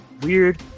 weird